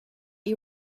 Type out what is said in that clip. you